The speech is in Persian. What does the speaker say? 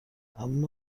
اما